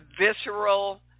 visceral